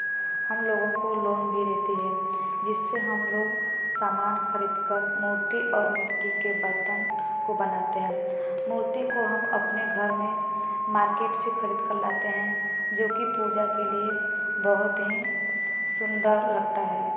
हम लोगों को लोन भी देती है जिससे हम लोग सामान खरीदकर मूर्ति और मिट्टी के बर्तन को बनाते हैं मूर्ति को हम अपने घर में मार्केट से खरीद कर लाते हैं जो कि पूजा के लिए बहुत ही सुंदर लगता है